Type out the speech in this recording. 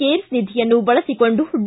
CARES ನಿಧಿಯನ್ನು ಬಳಸಿಕೊಂಡು D